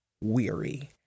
weary